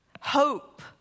Hope